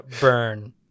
burn